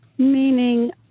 Meaning